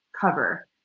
cover